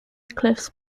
cliffs